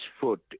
foot